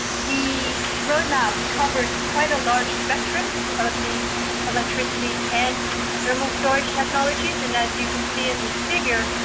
the roadmap covers quite a large spectrum of the electricity and thermal storage technologies. and as you can see in this figure,